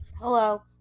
Hello